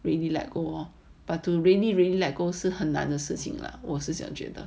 really like let go but to really really let go 很难的事情了我是这样觉得